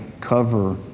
cover